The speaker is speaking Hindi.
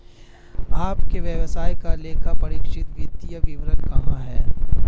आपके व्यवसाय का लेखापरीक्षित वित्तीय विवरण कहाँ है?